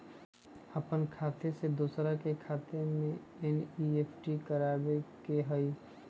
अपन खाते से दूसरा के खाता में एन.ई.एफ.टी करवावे के हई?